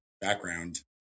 background